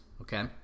okay